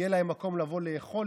יהיה להם מקום לבוא לאכול,